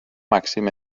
màxim